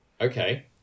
okay